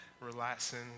relaxing